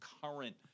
current